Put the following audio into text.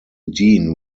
dean